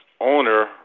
owner